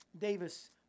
Davis